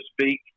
speak